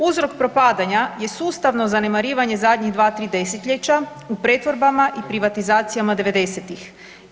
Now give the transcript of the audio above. Uzrok propadanja je sustavno zanemarivanje zadnjih 2, 3 desetljeća u pretvorbama i privatizacijama 90-ih.